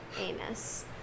anus